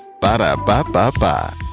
Ba-da-ba-ba-ba